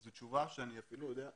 זו התשובה שאני יודע.